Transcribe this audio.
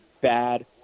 bad